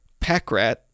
Packrat